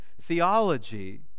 theology